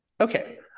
Okay